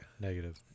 Negative